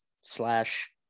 slash